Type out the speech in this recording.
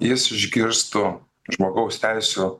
jis išgirstų žmogaus teisių